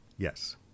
Yes